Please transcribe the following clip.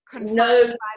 No